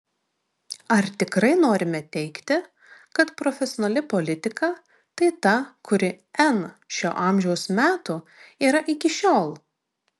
ar tikrai norime teigti kad profesionali politika tai ta kuri n šio amžiaus metų yra iki šiol